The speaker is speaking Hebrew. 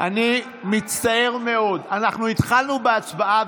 אני מצטער מאוד, אנחנו התחלנו בהצבעה.